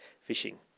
fishing